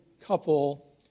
couple